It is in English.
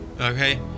Okay